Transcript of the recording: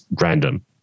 random